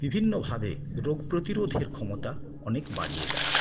বিভিন্নভাবে রোগ প্রতিরোধের ক্ষমতা অনেক বাড়িয়ে দেয়